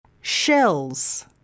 Shells